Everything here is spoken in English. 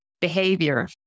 behavior